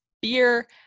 beer